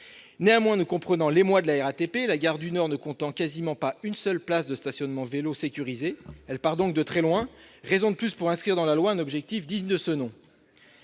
Néanmoins, nous comprenons l'émoi de la RATP, la gare du Nord ne comptant quasiment pas une seule place de stationnement consacrée au vélo sécurisée. Elle part donc de très loin. Raison de plus pour inscrire dans la loi un objectif digne de ce nom